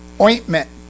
Ointment